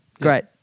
Great